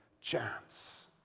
chance